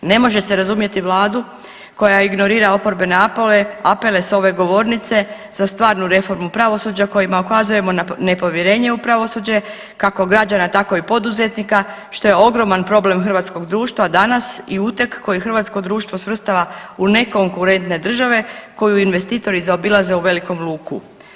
Ne može se razumjeti Vladu koja ignorira oporbene apele sa ove govornice za stvarnu reformu pravosuđa kojima ukazujemo na nepovjerenje u pravosuđe kako građana, tako i poduzetnika što je ogroman problem hrvatskog društva danas i uteg koji hrvatsko društvo svrstava u nekonkurentne države koju investitori zaobilaze u velikom luku.